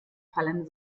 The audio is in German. fallen